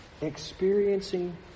experiencing